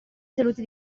salute